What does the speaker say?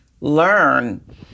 learn